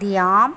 தியாம்